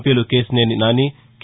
peel Kesineni Nani K